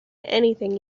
anything